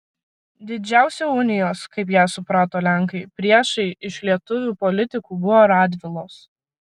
didžiausi unijos kaip ją suprato lenkai priešai iš lietuvių politikų buvo radvilos